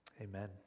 Amen